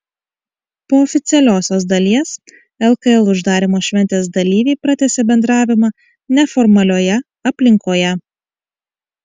po oficialiosios dalies lkl uždarymo šventės dalyviai pratęsė bendravimą neformalioje aplinkoje